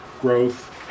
growth